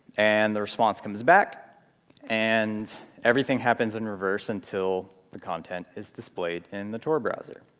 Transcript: and the response comes back and everything happens in reverse until the content is displayed in the tor browser.